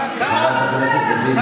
תתביישו, באמת.